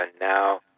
now